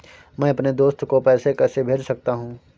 मैं अपने दोस्त को पैसे कैसे भेज सकता हूँ?